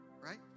Right